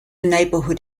neighborhood